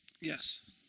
Yes